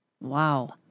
Wow